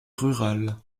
rural